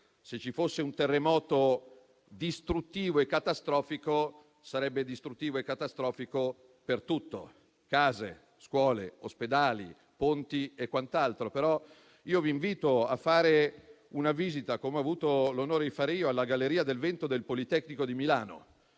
se ci fosse un terremoto distruttivo e catastrofico, sarebbe distruttivo e catastrofico per tutto: case, scuole, ospedali, ponti e quant'altro. Però, vi invito a fare una visita, come ho avuto l'onore di fare io, alla galleria del vento del Politecnico di Milano.